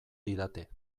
didate